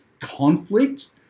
conflict